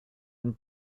and